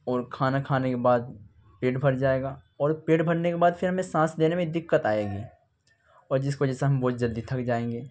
اور کھانا کھانے کے بعد پیٹ بھر جائے گا اور پیٹ بھرنے کے بعد پھر ہمیں سانس لینے میں دقت آئے گی اور جس وجہ سے ہم بہت جلدی تھک جائیں گے